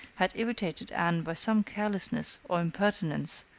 had irritated anne by some carelessness or impertinence,